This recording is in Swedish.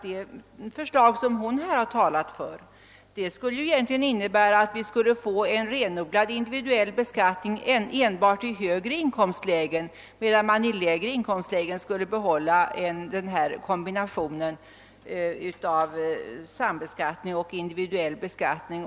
Det förslag som fru Holmqvist här har talat för innebär egentligen att vi skulle få en renodlad individuell beskattning enbart i högre inkomstlägen, medan vi i de lägre skulle behålla en kombination av sambeskattning och individuell beskattning.